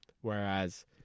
Whereas